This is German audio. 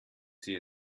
sie